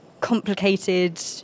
complicated